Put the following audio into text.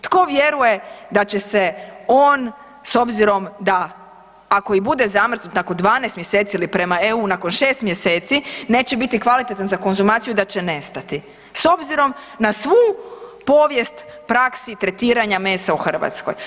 Tko vjeruje da će se on s obzirom da ako i bude zamrznut nakon 12 mjeseci ili prema EU nakon 6 mjeseci neće biti kvalitetan za konzumaciju da će nestati s obzirom na svu povijest praksi tretiranja mesa u Hrvatskoj?